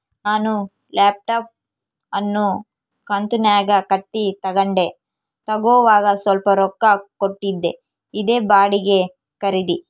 ನಾನು ಲ್ಯಾಪ್ಟಾಪ್ ಅನ್ನು ಕಂತುನ್ಯಾಗ ಕಟ್ಟಿ ತಗಂಡೆ, ತಗೋವಾಗ ಸ್ವಲ್ಪ ರೊಕ್ಕ ಕೊಟ್ಟಿದ್ದೆ, ಇದೇ ಬಾಡಿಗೆ ಖರೀದಿ